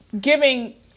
giving